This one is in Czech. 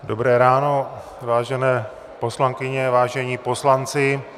Dobré ráno, vážené poslankyně, vážení poslanci.